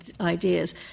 ideas